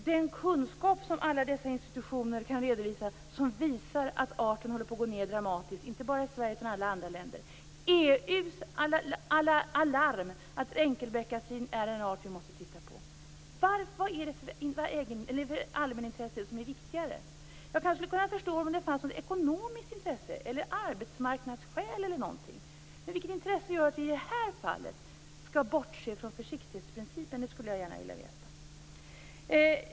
Den kunskap som alla dessa institutioner kan redovisa och som visar att arten håller på att gå ned dramatiskt inte bara i Sverige utan i alla andra länder, EU:s larm om att enkelbeckasinen är en art som vi måste titta på - vad är det för allmänintresse som är viktigare? Jag skulle kanske kunna förstå detta om det fanns något ekonomiskt intresse här, arbetsmarknadsskäl eller någonting sådant. Men vilket intresse gör att vi i det här fallet skall bortse från försiktighetsprincipen? Det skulle jag gärna vilja veta.